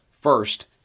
First